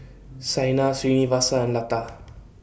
Saina Srinivasa and Lata